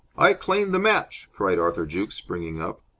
i claim the match! cried arthur jukes, springing up.